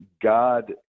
God